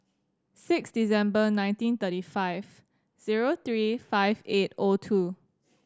six December nineteen thirty five zero three five eight O two